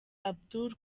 abdul